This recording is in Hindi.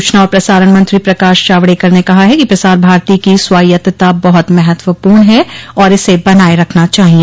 सूचना और प्रसारण मंत्री प्रकाश जावड़ेकर ने कहा है कि प्रसार भारती की स्वायत्तता बहुत महत्वपूर्ण है और इसे बनाये रखना चाहिए